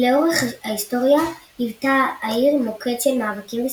לאורך ההיסטוריה היוותה העיר מוקד של מאבקים וסכסוכים.